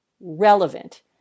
relevant